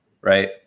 right